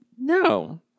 no